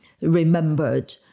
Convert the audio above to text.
remembered